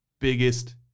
biggest